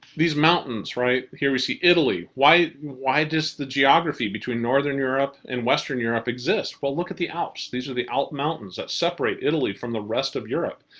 these mountains right here. we see italy. why why does the geography between northern europe and western europe exist? but look at the alps. these are the alp mountains that separate italy from the rest of europe.